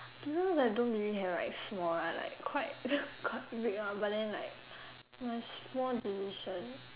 sometimes I don't really have like small one like quite quite big one but then like a small decision